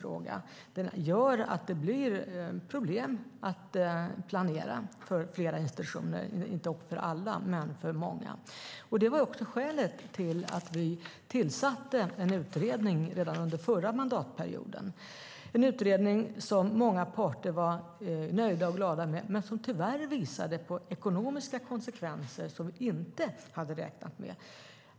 Det innebar att det blev problem att planera för flera institutioner, inte för alla men för många. Det var också skälet till att vi tillsatte en utredning redan under den förra mandatperioden. Det var en utredning som många parter var glada och nöjda med men som tyvärr visade på ekonomiska konsekvenser som vi inte hade räknat med.